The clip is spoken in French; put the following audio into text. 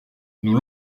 nous